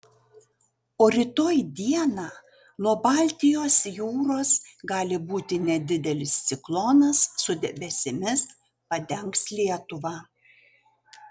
o rytoj dieną nuo baltijos jūros gali būti nedidelis ciklonas su debesimis padengs lietuvą